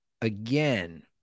again